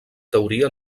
teoria